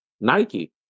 Nike